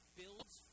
builds